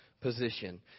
position